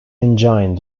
engine